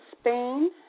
spain